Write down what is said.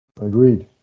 Agreed